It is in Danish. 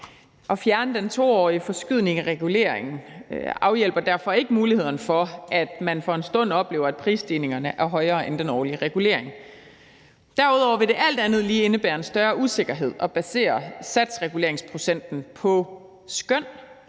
At fjerne den 2-årige forskydning i reguleringen afhjælper derfor ikke risikoen for, at man for en stund oplever, at prisstigningerne er højere end den årlige regulering. Derudover vil det alt andet lige indebære en større usikkerhed at basere satsreguleringsprocenten på et skøn